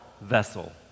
vessel